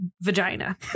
vagina